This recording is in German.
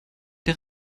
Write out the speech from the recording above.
der